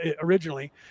originally